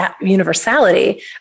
universality